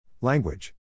Language